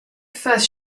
first